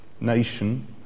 nation